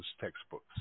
textbooks